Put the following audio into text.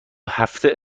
هفته